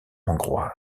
hongroise